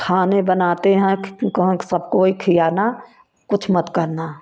खाने बनाते हैं कहूँ सब कोई खिलाना कुछ मत करना